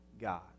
God